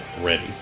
ready